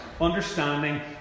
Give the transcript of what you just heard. understanding